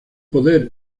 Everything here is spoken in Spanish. poder